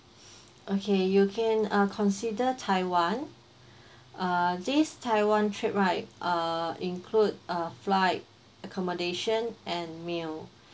okay you can ah consider taiwan uh this taiwan trip right uh include a flight accommodation and meal